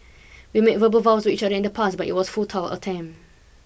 we made verbal vows to each other in the past but it was futile attempt